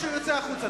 או שהוא יוצא החוצה.